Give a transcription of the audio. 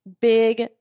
big